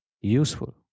useful